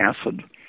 acid